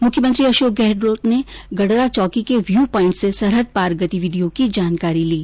मुख्यमंत्री अशोक गहलोत ने गडरा चौकी के व्यू पॉइंट से सरहद पार गतिविधियों की जानकारी ली